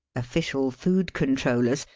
official food cont rollers,